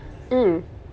mm